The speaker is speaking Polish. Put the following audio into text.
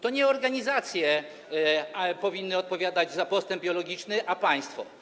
To nie organizacje powinny odpowiadać za postęp biologiczny, lecz państwo